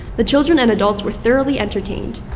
the children and adults were thoroughly entertained.